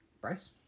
Bryce